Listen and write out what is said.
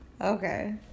Okay